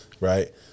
right